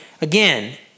Again